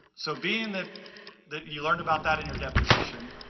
so being that that you learned about that in your deposition.